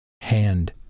hand